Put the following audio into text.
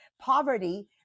poverty